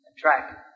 track